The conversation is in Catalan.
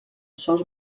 sols